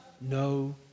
no